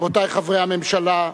רבותי חברי הממשלה,